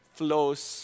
flows